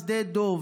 שדה דב,